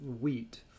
wheat